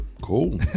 Cool